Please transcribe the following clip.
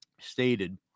stated